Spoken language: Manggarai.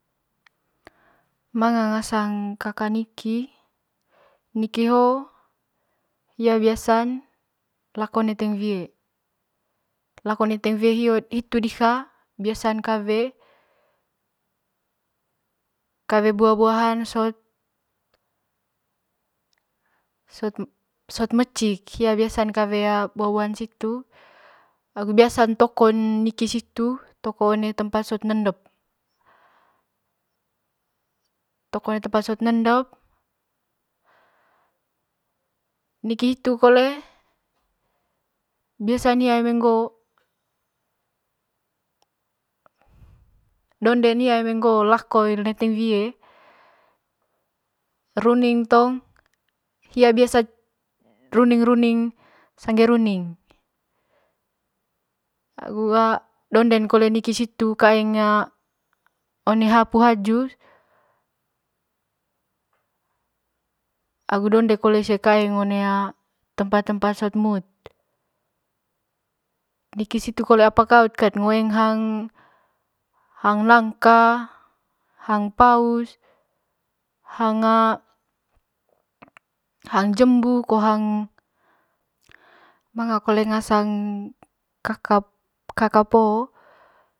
Manga ngasang kaka niki, kaka niki hoo biasan lako neteng wie lako neteng wie ho hitu diha biasan kawe kawe buah buahan sot sot mecik hia biasan kawe buah buahan situ agu biasan tokon niki situ took one tempat sot nendep toko one tempst sot nendep niki hitu kole biasan donde hia eme ngoo lako neteng wie running taung hia biasan runing runing sangge runing agu donden kole niki situ one ha puu hajus agu donde keta one tempat sot mut niki situ kole apa kaut ngoeng hang nagka hang pau hang jembu ko hang manga kole ngasang kaka po.